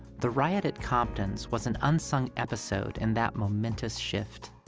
the riot at compton's was an unsung episode in that momentous shift.